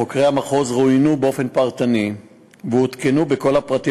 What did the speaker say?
חוקרי המחוז רואיינו באופן פרטני ועודכנו בכל הפרטים